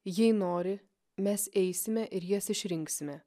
jei nori mes eisime ir jas išrinksime